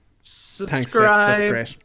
subscribe